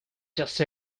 just